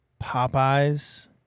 Popeyes